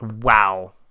Wow